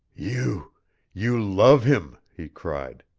you you love him, he cried.